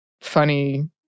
funny